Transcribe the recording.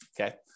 okay